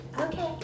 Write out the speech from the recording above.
Okay